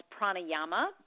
pranayama